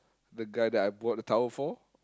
the guy that I brought the tower for